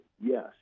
yes